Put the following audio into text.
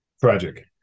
tragic